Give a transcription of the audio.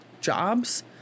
jobs